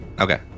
Okay